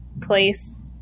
place